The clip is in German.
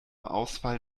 ausfall